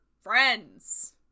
friends